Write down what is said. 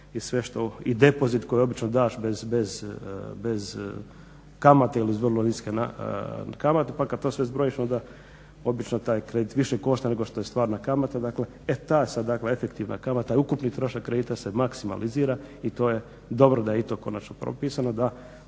i depozit koji obično daš bez kamate ili uz vrlo niske kamate, pa kad to sve zbrojiš onda obično taj kredit više košta nego što je stvarna kamata. Dakle, e ta sad dakle efektivna kamata i ukupni trošak kredita se maksimalizira i to je dobro da je i to konačno propisano da